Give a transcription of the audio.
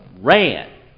ran